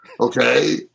okay